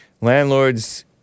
Landlords